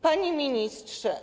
Panie Ministrze!